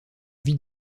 vit